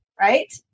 right